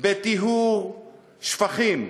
בטיהור שפכים,